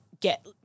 get